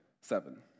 seven